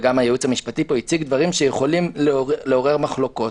וגם הייעוץ המשפטי פה הציג דברים שיכולים לעורר מחלוקות,